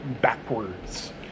backwards